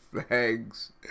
thanks